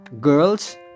Girls